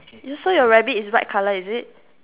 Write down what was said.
so your rabbit is white colour is it